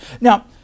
Now